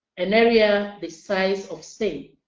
an area the size of state.